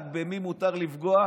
רק במי מותר לפגוע?